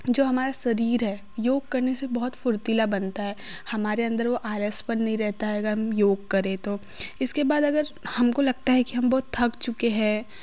जो हमारा शरीर है योग करने से बहुत फुर्तीला बनता है हमारे अन्दर वह आलसपन नहीं रहता है अगर हम योग करे तो इसके बाद अगर हमको लगता है की हम बहुत थक चुके हैं